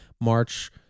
march